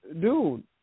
dude